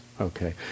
Okay